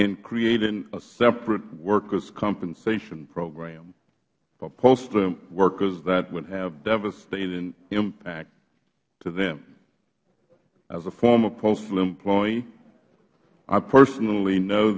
in creating a separate workers compensation program for postal workers that would have devastating impacts to them as a former postal employee i personally know